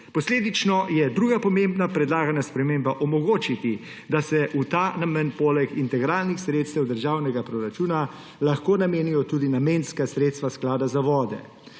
Posledično je druga pomembna predlagana sprememba omogočiti, da se v ta namen poleg integralnih sredstev državnega proračuna lahko namenijo tudi namenska sredstva Sklada za vode.